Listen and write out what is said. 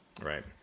Right